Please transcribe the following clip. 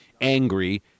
angry